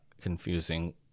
confusing